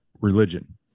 religion